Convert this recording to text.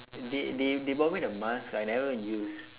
they they they bought me the mask I never even use